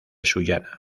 sullana